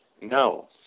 No